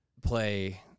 play